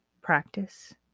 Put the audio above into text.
practice